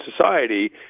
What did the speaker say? society